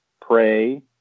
pray